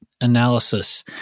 analysis